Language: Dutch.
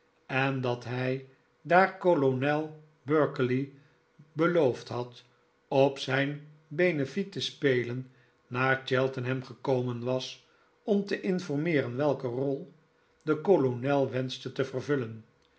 en dat hij daar kolonel berkeley beloofd had op zijn benefiet te spelen naar cheltenham gekomen was om te informeeren welke rol de kolonel wenschte te vervullen